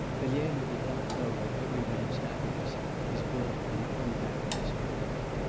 elena did not know that every man's happiness is built on the unhappiness of another,